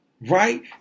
Right